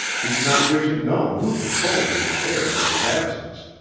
he did not wish it known who controlled his affairs in his absence,